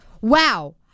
wow